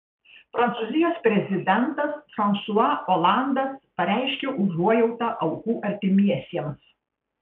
prancūzijos prezidentas fransua olandas pareiškė užuojautą aukų artimiesiems